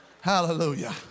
Hallelujah